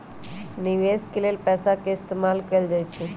निवेश के लेल पैसा के इस्तमाल कएल जाई छई